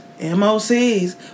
MOCs